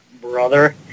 brother